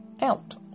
out